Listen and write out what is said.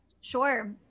Sure